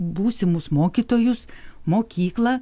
būsimus mokytojus mokyklą